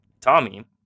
Tommy